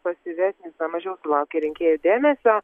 pasyvesnis mažiau sulaukia rinkėjų dėmesio